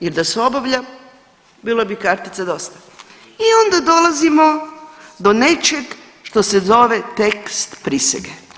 Jer da se obavlja, bilo bi kartica dosta i onda dolazimo do nečeg što se zove tekst prisege.